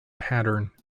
pattern